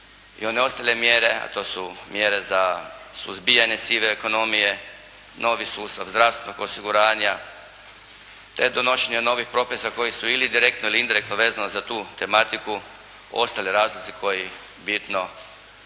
i one ostale mjere, a to su mjere za suzbijanje sive ekonomije, novi sustav zdravstva kao osiguranja, te donošenje novih propisa koji su direktno ili indirektno vezano za tu tematiku ostali razlozi koji bitno